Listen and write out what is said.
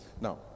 now